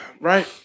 Right